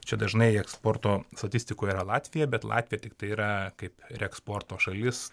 čia dažnai eksporto statistikoje yra latvija bet latvija tiktai yra kaip reeksporto šalis